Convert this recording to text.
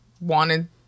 wanted